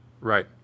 Right